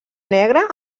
negre